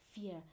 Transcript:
fear